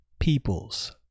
peoples